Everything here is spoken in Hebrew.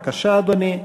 בבקשה, אדוני.